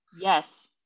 Yes